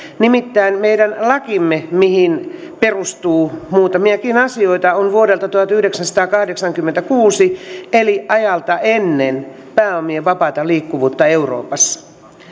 nimittäin meidän lakimme johon perustuu muutamiakin asioita on vuodelta tuhatyhdeksänsataakahdeksankymmentäkuusi eli ajalta ennen pääomien vapaata liikkuvuutta euroopassa